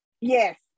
Yes